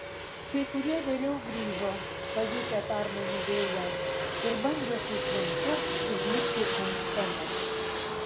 kai kurie vėliau grįžo pajutę permainų vėją ir bandė su triumfu užlipti ant scenos